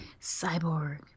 Cyborg